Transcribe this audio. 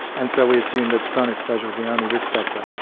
and so we assumed that sun exposure was the only risk factor.